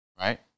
right